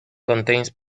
contains